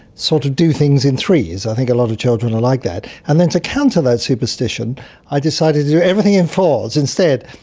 sort of do things in threes. i think a lot of children are like that. and then to counter that superstition i decided to do everything in fours instead.